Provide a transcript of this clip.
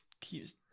keeps